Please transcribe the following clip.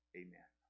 amen